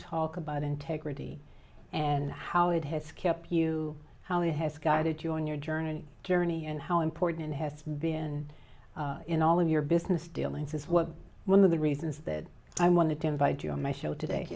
talk about integrity and how it has kept you how it has guided you on your journey journey and how important it has been in all of your business dealings is what one of the reasons that i wanted to invite you on my show today